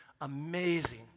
amazing